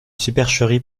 supercherie